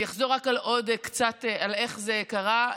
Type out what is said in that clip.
אני אחזור רק עוד קצת על איך זה קרה.